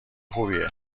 خوبیه